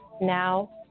Now